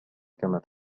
كما